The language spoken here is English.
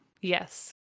yes